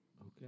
Okay